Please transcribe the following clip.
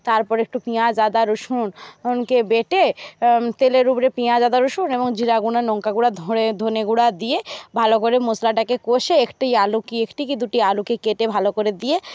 তারপরে একটু পেঁয়াজ আদা রসুন কে বেঁটে তেলের উপরে পেঁয়াজ আদা রসুন এবং জিরা গুঁড়া লঙ্কা গুঁড়া ধনে ধনে গুঁড়া দিয়ে ভালো করে মশলাটাকে কষে একটি আলু কি একটি কি দুটি আলুকে কেটে ভালো করে দিয়ে